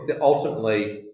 ultimately